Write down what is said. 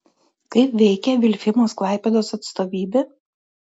kaip veikia vilfimos klaipėdos atstovybė